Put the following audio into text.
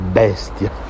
bestia